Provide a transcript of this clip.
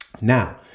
Now